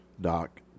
Doc